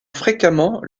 fréquemment